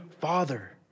father